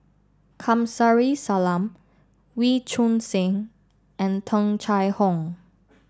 Kamsari Salam Wee Choon Seng and Tung Chye Hong